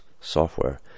software